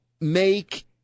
make